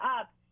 Up